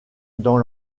dans